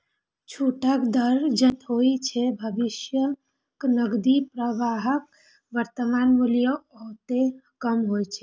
छूटक दर जतेक होइ छै, भविष्यक नकदी प्रवाहक वर्तमान मूल्य ओतबे कम होइ छै